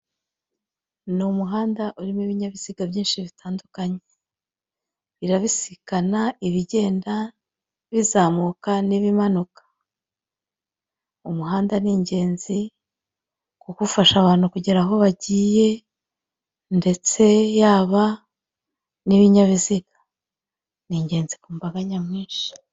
Ni umuhanda urimo ibinyabiziga byinshi bitandukanye birabisikana, ibigenda bizamuka n'ibimanuka umuhanda ni ingenzi kuko ufasha abantu kugera aho bagiye, ndetse yaba n'ibinyabiziga ni ingenzi ku mbaga nyamwinshi.